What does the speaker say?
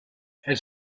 elle